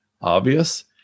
obvious